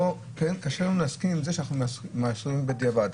קשה לנו להסכים עם זה שאנחנו מאשרים בדיעבד.